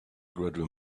gradual